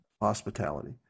Hospitality